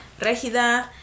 Regida